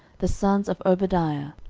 the sons of obadiah,